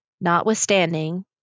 Notwithstanding